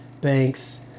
Banks